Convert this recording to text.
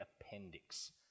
appendix